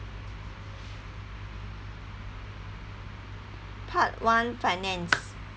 part one finance